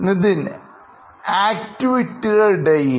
Nithin ആക്ടിവിറ്റിയുടെ ഇടയിൽ